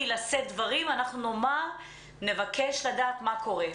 יהיה לשאת דברים אנחנו נאמר ונבקש לדעת מה קורה.